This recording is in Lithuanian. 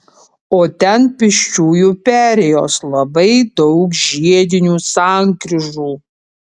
o ten pėsčiųjų perėjos labai daug žiedinių sankryžų